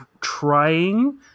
trying